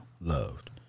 loved